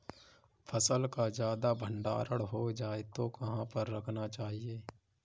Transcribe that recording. फसल का ज्यादा भंडारण हो जाए तो कहाँ पर रखना चाहिए?